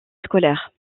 scolaires